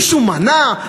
מישהו מנע?